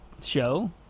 show